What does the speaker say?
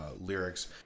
lyrics